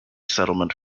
settlement